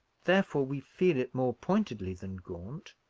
therefore we feel it more pointedly than gaunt,